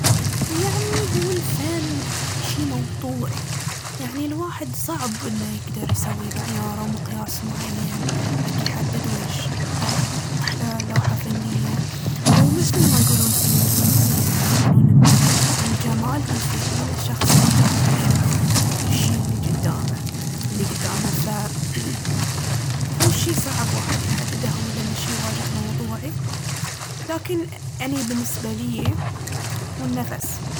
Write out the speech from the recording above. يعني هو الفن شي موضوعي، يعني الواحد صعب ان يقدر يسوي معيار أو مقياس معين حق يحدد ويش أح- أحلى لوحة فنية. ومثل ما يقولون في الإنجليزي، يعني يقولون ان الجمال هو في عين الشخص اللي قاعد يشوف الشي اللي جدامه- اللي قدامه. فهو شي صعب الواحد يحدده هو لأنه شي واجد موضوعي، لكن أني بالنسبة ليي هو النفس.